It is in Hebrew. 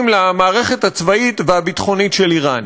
עם המערכת הצבאית והביטחונית של איראן?